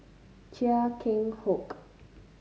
Chia Keng Hock